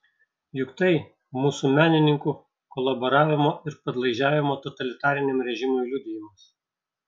juk tai mūsų menininkų kolaboravimo ir padlaižiavimo totalitariniam režimui liudijimas